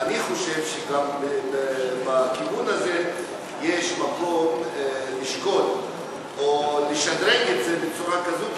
כי אני חושב שגם בכיוון הזה יש מקום לשקול או לשדרג בצורה כזאת,